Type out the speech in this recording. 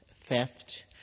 theft